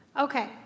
Okay